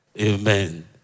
Amen